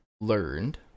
learned